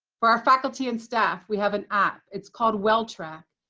for our faculty and staff, we have an app. it's called well track,